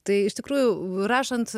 tai iš tikrųjų rašant